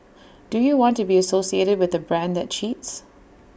do you want to be associated with A brand that cheats